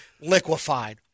liquefied